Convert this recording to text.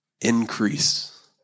increase